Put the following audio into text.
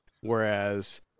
whereas